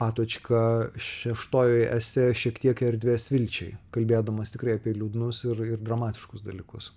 patočka šeštojoje esė šiek tiek erdvės vilčiai kalbėdamas tikrai apie liūdnus ir ir dramatiškus dalykus